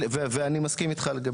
ואני מסכים איתך לגבי זה.